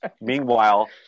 Meanwhile